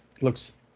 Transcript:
Looks